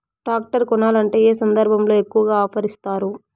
Tractor కొనాలంటే ఏ సందర్భంలో ఎక్కువగా ఆఫర్ ఇస్తారు?